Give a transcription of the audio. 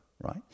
right